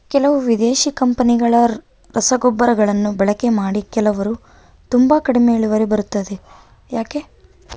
ಕೆಲವು ವಿದೇಶಿ ಕಂಪನಿಗಳ ರಸಗೊಬ್ಬರಗಳನ್ನು ಬಳಕೆ ಮಾಡಿ ಕೆಲವರು ತುಂಬಾ ಕಡಿಮೆ ಇಳುವರಿ ಬರುತ್ತೆ ಯಾಕೆ?